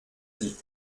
dit